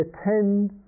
attend